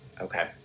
Okay